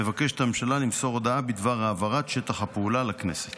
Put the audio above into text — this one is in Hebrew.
מבקשת הממשלה למסור הודעה בדבר העברת שטח הפעולה לכנסת.